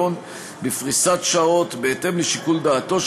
בפריסת שעות בהתאם לשיקול דעתו,